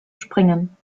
springen